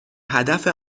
هدف